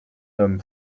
homme